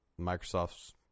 Microsoft's